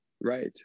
Right